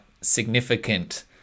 significant